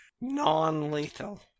Non-lethal